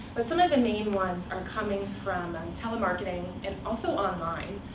but some of the main ones are coming from telemarketing, and also online.